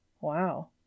Wow